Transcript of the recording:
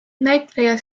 näitleja